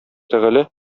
тәгалә